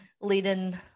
leading